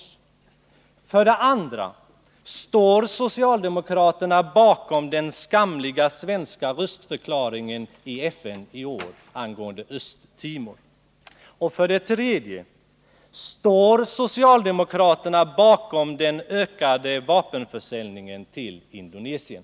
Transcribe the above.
Står socialdemokraterna bakom den skamliga svenska röstförklaringen i FN i år angående Östtimor? 3. Står socialdemokraterna bakom den ökade vapenförsäljningen till Indonesien?